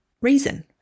reason